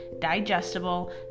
digestible